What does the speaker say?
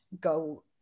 go